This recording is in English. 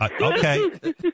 Okay